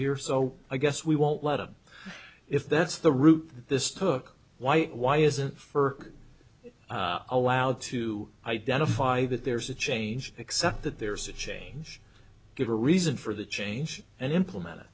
here so i guess we won't let them if that's the route this took white why isn't for allowed to identify that there's a change except that there's a change give a reason for the change and implement